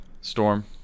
storm